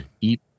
Eat